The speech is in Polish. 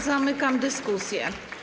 Zamykam dyskusję.